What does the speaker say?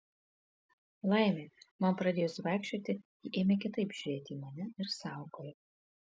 laimė man pradėjus vaikščioti ji ėmė kitaip žiūrėti į mane ir saugojo